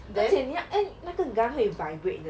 而且你要 eh 那个 gun 会 vibrate 的